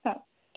हां